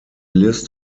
list